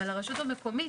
אבל הרשות המקומית,